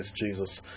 Jesus